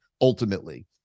ultimately